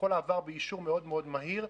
הכול עבר באישור מאוד מאוד מהיר,